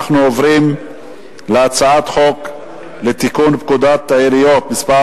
אנחנו עוברים להצעת חוק לתיקון פקודת העיריות (מס'